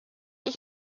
ich